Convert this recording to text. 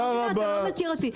אתה לא מכיר אותי.